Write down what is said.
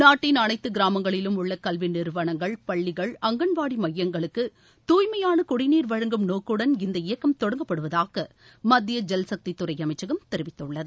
நாட்டின் அனைத்து கிராமங்களிலும் உள்ள கல்வி நிறுவனங்கள் பள்ளிகள் அங்கன்வாடி மையங்களுக்கு தூய்மையான குடிநீர் வழங்கும் நோக்குடன் இயக்கம் இந்த தொடங்கப்படுவதாக மத்திய ஜல்சக்தி துறை அமைச்சகம் தெரிவித்துள்ளது